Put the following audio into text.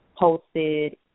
posted